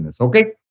Okay